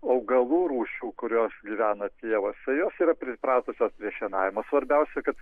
augalų rūšių kurios gyvena pievose jos yra pripratusios prie šienavimo svarbiausia kad